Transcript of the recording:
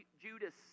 Judas